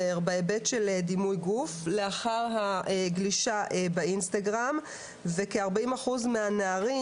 בהיבט של דימוי גוף לאחר הגלישה באינסטגרם וכ-40 אחוז מהנערים